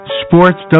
sports